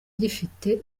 gifite